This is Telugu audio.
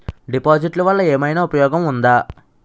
డిపాజిట్లు వల్ల ఏమైనా ఉపయోగం ఉందా?